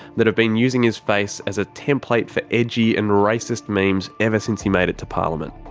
that have been using his face as a template for edgy and racist memes ever since he made it to parliament.